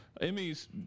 Emmy's